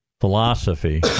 philosophy